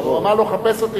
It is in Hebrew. הוא אמר לו: חפש אותי,